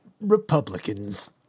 Republicans